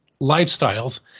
lifestyles